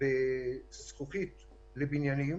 בזכוכית לבניינים.